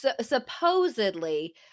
supposedly